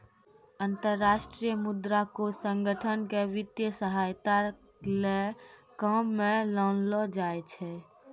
अन्तर्राष्ट्रीय मुद्रा कोष संगठन क वित्तीय सहायता ल काम म लानलो जाय छै